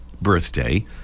birthday